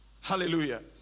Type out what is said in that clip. hallelujah